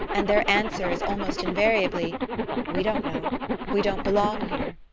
and their answer is almost invariably we don't know we don't belong here.